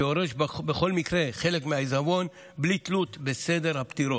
שיורש בכל מקרה חלק מהעיזבון בלי תלות בסדר הפטירות,